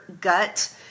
gut